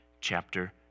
chapter